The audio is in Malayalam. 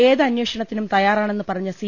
ഏത് അനേഷണത്തിനും തയ്യാറാണെന്ന് പറഞ്ഞ സി